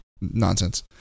nonsense